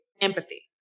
empathy